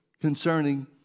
concerning